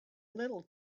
little